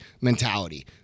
mentality